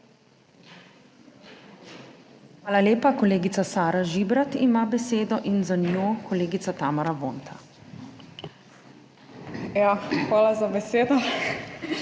Hvala lepa. Kolegica Sara Žibrat ima besedo in za njo kolegica Tamara Vonta. SARA ŽIBRAT